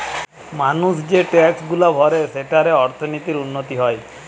মানুষ যে ট্যাক্সগুলা ভরে সেঠারে অর্থনীতির উন্নতি হয়